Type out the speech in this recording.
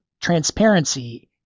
transparency